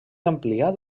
ampliat